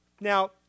Now